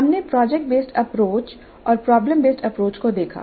हमने project based approach और problem based approach को देखा